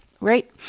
right